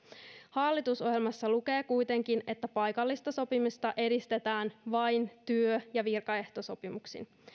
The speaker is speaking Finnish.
hallitusohjelmassa lukee kuitenkin että paikallista sopimista edistetään vain työ ja virkaehtosopimuksin